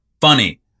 funny